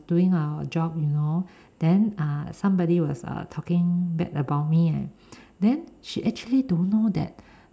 doing our job you know then uh somebody was uh talking bad about me leh then she actually don't know that